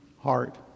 heart